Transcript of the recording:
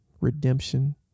Redemption